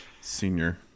senior